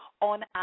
on